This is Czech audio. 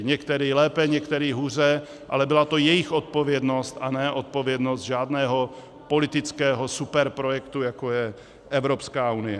Některé lépe, některé hůře, ale byla to jejich odpovědnost, a ne odpovědnost žádného politického superprojektu, jako je Evropská unie.